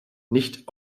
nicht